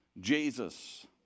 Jesus